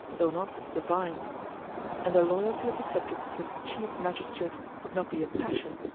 though not as divine and the loyalty of the subject to its chief magistrate would not be a passion,